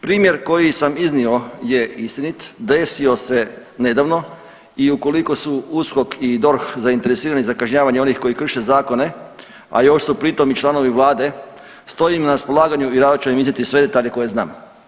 Primjer koji sam iznio je istinit, desio se nedavno i ukoliko su USKOK i DORH zainteresirani za kažnjavanje onih koji krše zakone, a još su pri tom i članovi vlade stojim na raspolaganju i rado ću im iznijeti sve detalje koje znam.